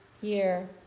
year